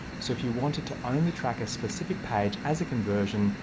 so if you wanted to only track a specific page as a conversion,